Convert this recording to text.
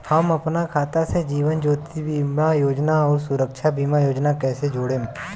हम अपना खाता से जीवन ज्योति बीमा योजना आउर सुरक्षा बीमा योजना के कैसे जोड़म?